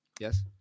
yes